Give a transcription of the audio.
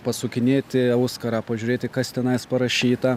pasukinėti auskarą pažiūrėti kas tenais parašyta